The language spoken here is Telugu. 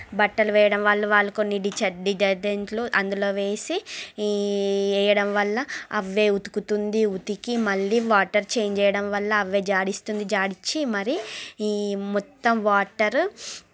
బట్టలు వేయడం వల్ల వాళ్లు కొన్ని ఛడ్డీ గడెంట్లు అందులో వేసి ఈ వేయడం వల్ల అవే ఉతుకుతుంది ఉతికి మళ్ళీ వాటర్ చేంజ్ చేయడం వల్ల అవే జాడిస్తుంది జాడిచ్చి మరీ ఈ మొత్తం వాటరు